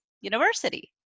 University